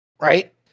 right